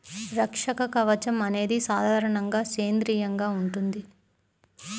రక్షక కవచం అనేది సాధారణంగా సేంద్రీయంగా ఉంటుంది